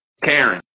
karen